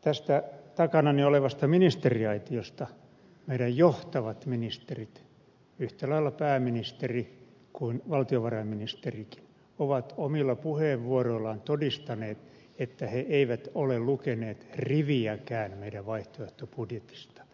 tästä takanani olevasta ministeriaitiosta meidän johtavat ministerimme yhtä lailla pääministeri kuin valtiovarainministerikin ovat omilla puheenvuoroillaan todistaneet että he eivät ole lukeneet riviäkään meidän vaihtoehtobudjetistamme